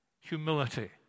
humility